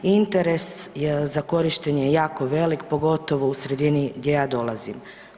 Interes za korištenje je jako velik, pogotovo u sredini gdje ja dolazim.